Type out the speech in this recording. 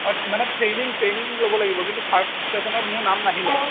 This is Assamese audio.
অঁদ মানে ট্ৰেইনিং ট্ৰেইনিং ল'ব লাগিব কিন্তু ফাৰ্ষ্ট ছেশ্যনত মোৰ নাম নাহিলে